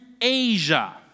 Asia